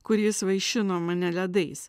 kur jis vaišino mane ledais